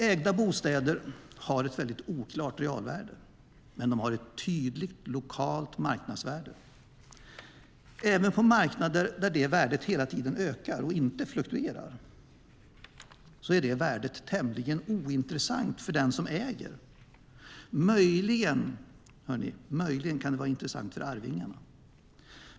Ägda bostäder har ett väldigt oklart realvärde, men de har ett tydligt lokalt marknadsvärde. Även på marknader där värdet hela tiden ökar, och inte fluktuerar, är det värdet tämligen ointressant för den som äger. Möjligen kan det vara intressant för arvingarna.